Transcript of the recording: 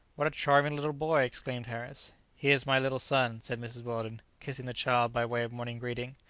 what a charming little boy! exclaimed harris. he is my little son, said mrs. weldon, kissing the child by way of morning greeting.